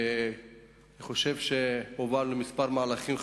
ואני חושב שהובלנו כמה מהלכים חשובים.